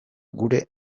gure